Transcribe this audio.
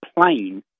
plane